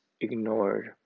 ignored